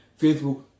Facebook